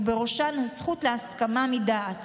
ובראשן הזכות להסכמה מדעת